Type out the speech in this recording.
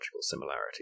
similarity